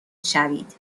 شوید